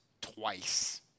twice